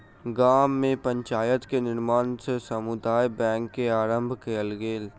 गाम में पंचायत के निर्णय सॅ समुदाय बैंक के आरम्भ कयल गेल